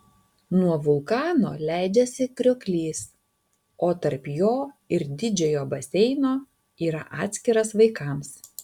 nuo vulkano leidžiasi krioklys o tarp jo ir didžiojo baseino yra atskiras vaikams